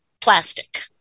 plastic